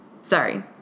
Sorry